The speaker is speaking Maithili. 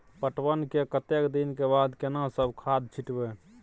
पटवन के कतेक दिन के बाद केना सब खाद छिटबै?